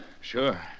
Sure